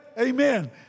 Amen